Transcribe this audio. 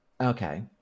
okay